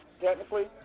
Technically